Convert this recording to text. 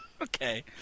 Okay